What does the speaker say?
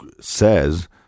says